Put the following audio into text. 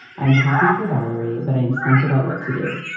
i'm happy for valerie, but i'm stumped about what to do.